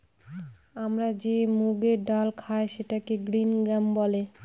আমরা যে মুগের ডাল খায় সেটাকে গ্রিন গ্রাম বলে